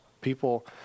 People